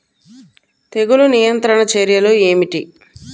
తెగులు నియంత్రణ చర్యలు ఏమిటి?